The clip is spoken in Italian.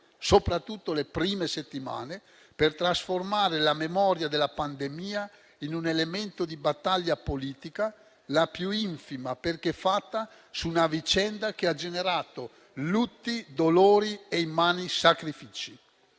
soprattutto le prime settimane, per trasformare la memoria della pandemia in un elemento di battaglia politica, la più infima, perché fatta su una vicenda che ha generato lutti, dolori e immani sacrifici.